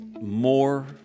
more